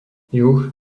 juh